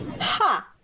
Ha